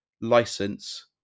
license